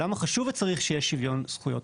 למה חשוב וצריך שיהיה שוויון זכויות.